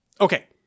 Okay